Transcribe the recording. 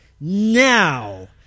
now